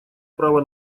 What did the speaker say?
право